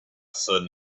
sudden